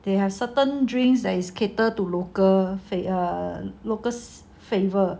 they have certain drinks that cater to local fare are locals flavour